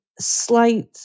slight